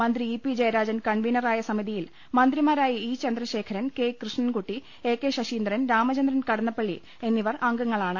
മന്ത്രി ഇ പി ജയരാജൻ കൺവീനറായ സമിതിയിൽ മന്ത്രിമാ രായ ഇ ചന്ദ്രശേഖരൻ കെ കൃഷ്ണൻകുട്ടി എ കെ ശശീന്ദ്രൻ രാമചന്ദ്രൻ കടന്നപ്പള്ളി എന്നിവർ അംഗങ്ങളാണ്